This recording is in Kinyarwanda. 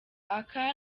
aka